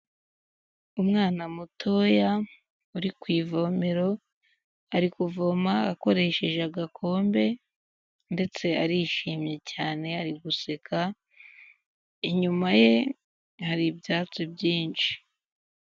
Umwana mutoya uri ku ivomero, ari kuvoma akoresheje agakombe ndetse arishimye cyane ari guseka, inyuma ye hari ibyatsi byinshi.